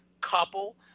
couple